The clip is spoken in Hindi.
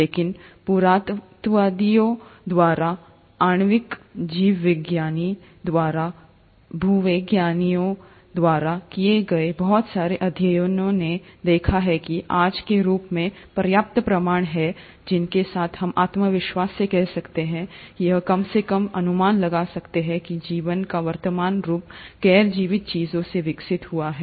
लेकिन पुरातत्वविदों द्वारा आणविक जीवविज्ञानी archaeologists द्वारा भूवैज्ञानिकों द्वारा किए गए बहुत सारे अध्ययनों ने देखा है कि आज के रूप में पर्याप्त प्रमाण हैं जिनके साथ हम आत्मविश्वास से कह सकते हैं या कम से कम यह अनुमान लगा सकते हैं कि जीवन का वर्तमान रूप गैर जीवित चीजों से विकसित हुआ है